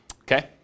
okay